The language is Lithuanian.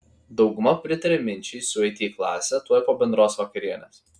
dauguma pritaria minčiai sueiti į klasę tuoj po bendros vakarienės